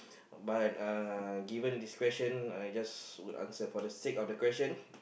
but uh given this question I just would answer for the sake of the question